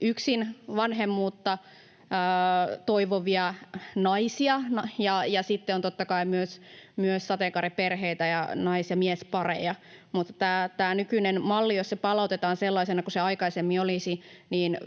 yksin vanhemmuutta toivovia naisia ja sitten totta kai myös sateenkaariperheitä ja nais- ja miespareja, mutta jos tämä malli palautetaan sellaisena kuin se aikaisemmin oli,